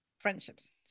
friendships